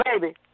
baby